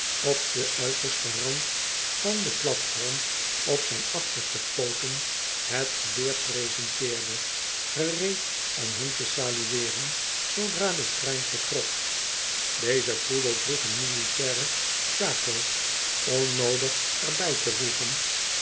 op den uitersten rand van den platform op zijn achterste pooten het geweer presenteerde gereed om hen te salueeren zoodra de trein vertrok deze poedel droeg een militaire shako onnoodig er bij te voegen